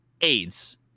AIDS